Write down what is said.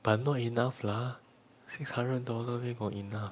but not enough lah six hundred dollar where got enough